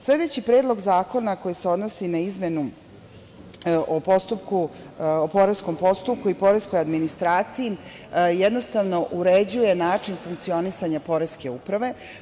Sledeći predlog zakona koji se odnosi na izmenu u poreskom postupku i poreskoj administraciji jednostavno uređuje način funkcionisanja Poreske uprave.